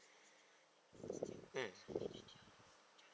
mm